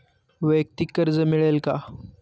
वैयक्तिक कर्ज मिळेल का?